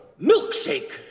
milkshake